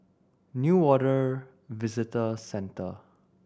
Newater Visitor Centre